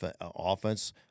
offense